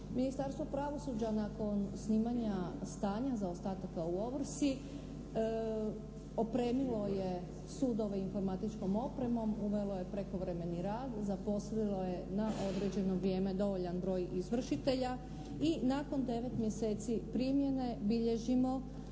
Ministarstvo pravosuđa nakon snimanja stanja zaostataka u ovrsi opremilo je sudove informatičkom opremom, uvelo je prekovremeni rad, zaposlilo je na određeno vrijeme dovoljan broj izvršitelja i nakon 9 mjeseci primjene bilježimo